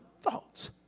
thoughts